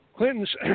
Clintons